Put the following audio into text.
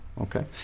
okay